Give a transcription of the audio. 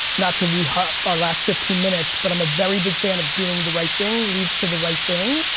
not to re-harp our last fifteen minutes, but i'm a very big fan of doing the right thing leads to the right thing,